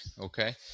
Okay